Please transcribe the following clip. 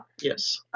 Yes